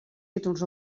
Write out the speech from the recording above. títols